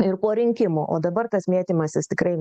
ir po rinkimų o dabar tas mėtymasis tikrai